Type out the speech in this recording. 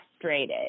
frustrated